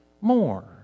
more